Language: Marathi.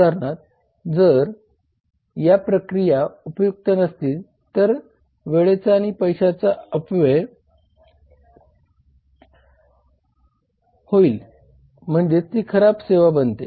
उदाहरणार्थ जर या प्रक्रिया उपयुक्त नसतील तर वेळेचा आणि पैशाचा अपव्यय होईल म्हणजे ती खराब सेवा बनते